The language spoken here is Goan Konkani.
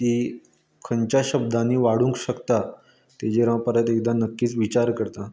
ती खंयच्या शब्दांनी वाडूंक शकता तेचेर हांव परत एकदां नक्कीच विचार करतां